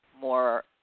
more